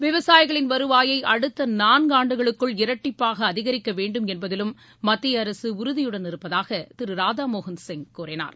விவசாயிகளின் வருவாயை அடுத்த நான்காண்டுகளுக்குள் இரட்டிப்பாக அதிகரிக்க வேண்டும் என்பதிலும் மத்திய அரசு உறுதியுடன் இருப்பதாக திரு ராதா மோகன் சிங் கூறினார்